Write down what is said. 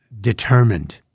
determined